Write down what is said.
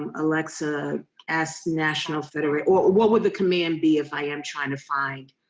um alexa ask national federation. or what would the command be if i am trying to find